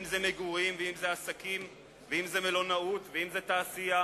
אם מגורים ואם עסקים ואם מלונאות ואם תעשייה